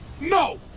no